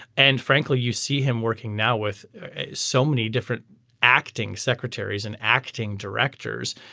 and frankly you see him working now with so many different acting secretaries and acting directors.